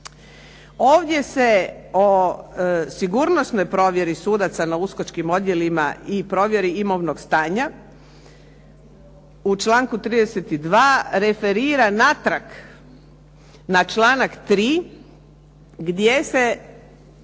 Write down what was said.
Ovdje se o sigurnosnoj provjeri sudaca na uskočkim odjelima i provjeri imovnog stanja u članku 32. referira natrag na članak 3. gdje se